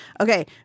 Okay